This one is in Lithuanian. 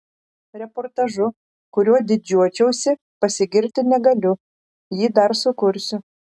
reportažu kuriuo didžiuočiausi pasigirti negaliu jį dar sukursiu